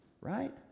right